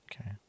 Okay